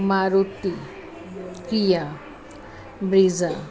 Maruti Kia Brezza